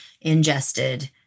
ingested